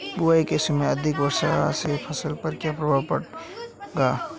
बुआई के समय अधिक वर्षा होने से फसल पर क्या क्या प्रभाव पड़ेगा?